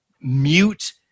mute